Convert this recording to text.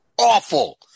awful